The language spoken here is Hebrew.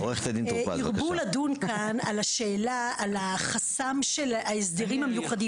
הרבו לדון כאן על החסם של ההסדרים המיוחדים,